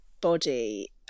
body